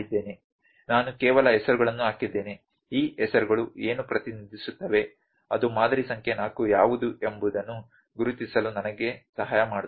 ನಾನು ಕೇವಲ ಹೆಸರುಗಳನ್ನು ಹಾಕಿದ್ದೇನೆ ಈ ಹೆಸರುಗಳು ಏನು ಪ್ರತಿನಿಧಿಸುತ್ತವೆ ಅದು ಮಾದರಿ ಸಂಖ್ಯೆ 4 ಯಾವುದು ಎಂಬುದನ್ನು ಗುರುತಿಸಲು ನನಗೆ ಸಹಾಯ ಮಾಡುತ್ತದೆ